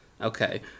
okay